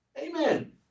Amen